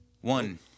One